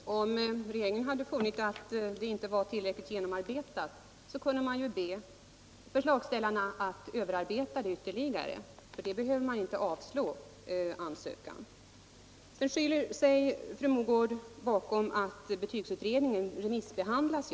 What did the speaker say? Herr talman! Om regeringen funnit att förslaget inte var tillräckligt genomarbetat, så hade man kunnat be förslagsställarna att överarbeta det ytterligare. Regeringen hade således för den skull inte behövt avslå ansökan. Fru Mogård skyler sig bakom det förhållandet att betygsutredningen just nu remissbehandlas.